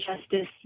justice